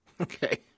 Okay